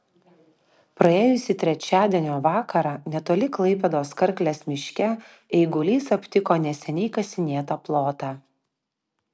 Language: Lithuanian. praėjusį trečiadienio vakarą netoli klaipėdos karklės miške eigulys aptiko neseniai kasinėtą plotą